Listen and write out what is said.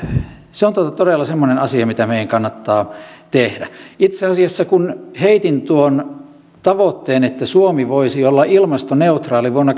se on todella semmoinen asia mitä meidän kannattaa tehdä itse asiassa kun heitin tuon tavoitteen että suomi voisi olla ilmastoneutraali vuonna